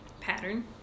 pattern